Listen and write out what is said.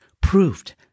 proved